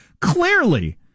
clearly